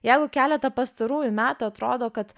jeigu keletą pastarųjų metų atrodo kad